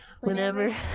whenever